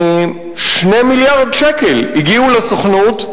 2 מיליארד שקלים הגיעו לסוכנות,